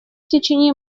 течение